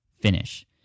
finish